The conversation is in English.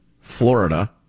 Florida